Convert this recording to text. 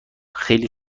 خیلی